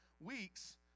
weeks